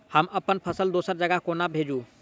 हम अप्पन फसल दोसर जगह कोना भेजू?